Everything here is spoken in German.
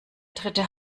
dritte